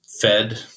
fed